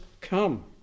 come